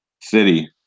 City